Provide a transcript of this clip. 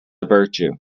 virtue